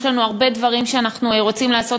יש לנו הרבה דברים שאנחנו רוצים לעשות,